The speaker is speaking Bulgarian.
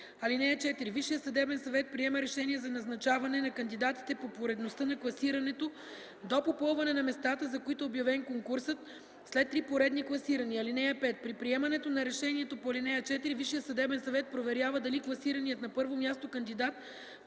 ал. 1. (4) Висшият съдебен съвет приема решение за назначаване на кандидатите по поредността на класирането до попълване на местата, за които е обявен конкурсът, след три поредни класирания. (5) При приемането на решението по ал. 4 Висшият съдебен съвет проверява дали класираният на първо място кандидат